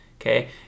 okay